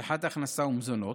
הבטחת הכנסה ומזונות,